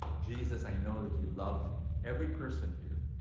jesus, i know that you love every person here.